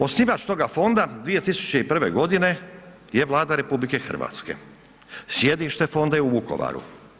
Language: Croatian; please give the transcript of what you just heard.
Osnivač toga fonda 2001. godine je Vlada RH, sjedište fonda je u Vukovaru.